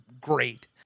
great